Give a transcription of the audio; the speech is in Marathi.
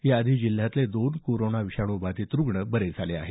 याआधी जिल्ह्यातले दोन कोरोना विषाणू बाधित रुग्ण बरे झाले आहेत